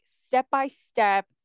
step-by-step